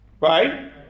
Right